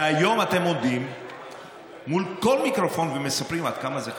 והיום אתם עומדים מול כל מיקרופון ומספרים עד כמה זה חשוב.